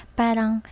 parang